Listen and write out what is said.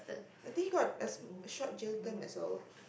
I think he got a short jail term as well